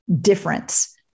difference